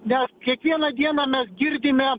mes kiekvieną dieną mes girdime